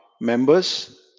members